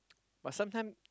but sometime